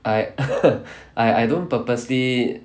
I I I don't purposely